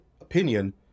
opinion